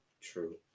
true